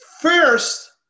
First